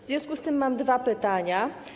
W związku z tym mam dwa pytania.